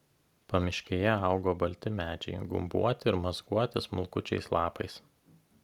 pamiškėje augo balti medžiai gumbuoti ir mazguoti smulkučiais lapais